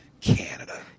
Canada